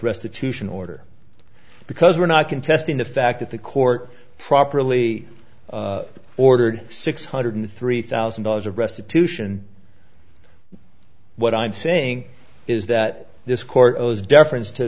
restitution order because we're not contesting the fact that the court properly ordered six hundred three thousand dollars of restitution what i'm saying is that this court deference to